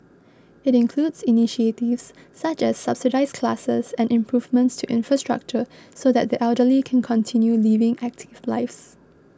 it includes initiatives such as subsidised classes and improvements to infrastructure so that the elderly can continue living active lives